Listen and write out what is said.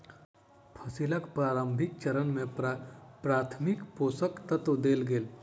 फसीलक प्रारंभिक चरण में प्राथमिक पोषक तत्व देल गेल